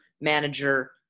manager